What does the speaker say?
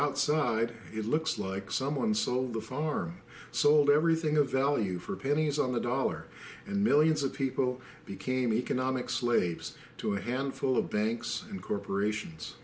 outside it looks like someone sold the farm sold everything of value for pennies on the dollar and millions of people became economic slaves to a handful of banks and corporations